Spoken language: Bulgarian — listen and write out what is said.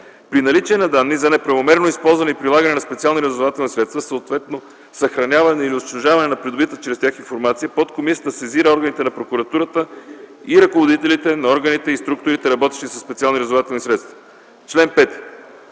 При наличие на данни за неправомерно използване и прилагане на специални разузнавателни средства, съответно съхраняване или унищожаване на придобитата чрез тях информация, подкомисията сезира органите на Прокуратурата и ръководителите на органите и структурите, работещи със специални разузнавателни средства. Чл. 5.